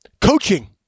coaching